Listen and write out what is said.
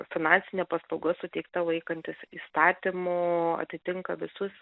finansinė paslauga suteikta laikantis įstatymų atitinka visus